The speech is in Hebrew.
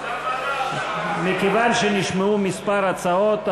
מכיוון שנשמעו כמה הצעות,